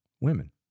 Women